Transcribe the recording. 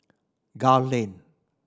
Gul Lane